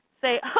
Say